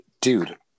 Dude